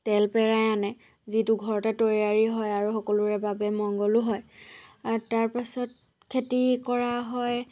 তেল পেৰাই আনে যিটো ঘৰতে তৈয়াৰী হয় আৰু সকলোৰে বাবে মঙ্গলো হয় তাৰ পাছত খেতি কৰা হয়